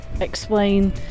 explain